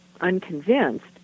unconvinced